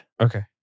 Okay